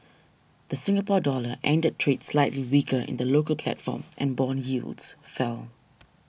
the Singapore Dollar ended trade slightly weaker in the local platform and bond yields fell